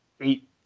eight